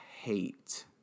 hate